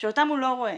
שאותם הוא לא רואה.